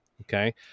Okay